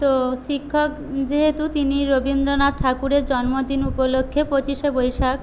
তো শিক্ষক যেহেতু তিনি রবীন্দ্রনাথ ঠাকুরের জন্মদিন উপলক্ষে পঁচিশে বৈশাখ